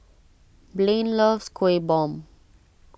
Blain loves Kueh Bom